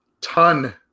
ton